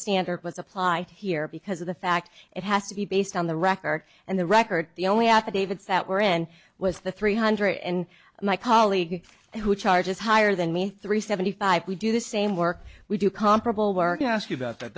standard was applied here because of the fact it has to be based on the record and the record the only affidavits that were in was the three hundred and my colleague who charges higher than me three seventy five we do the same work we do comparable work ask you about that